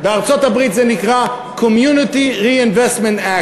בארצות-הברית זה נקרא Community Reinvestment Act,